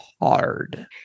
hard